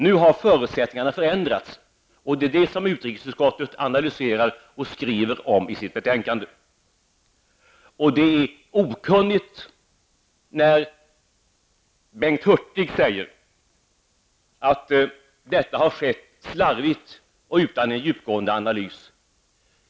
Nu har förutsättningarna förändrats, och det är detta som utrikesutskottet analyserar och skriver om i sitt betänkande. Det är okunnigt, när Bengt Hurtig säger att detta har skett slarvigt och utan en djupgående analys.